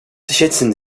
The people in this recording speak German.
schätzen